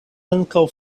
ankaŭ